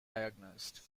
diagnosed